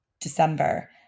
December